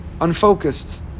unfocused